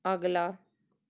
ਅਗਲਾ